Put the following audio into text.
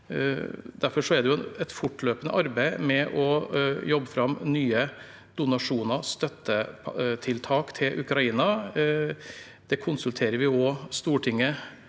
Derfor er det et fortløpende arbeid med å jobbe fram nye donasjoner og støttetiltak til Ukraina. Det konsulterer vi også Stortinget